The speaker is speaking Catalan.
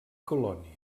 colònia